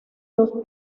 dos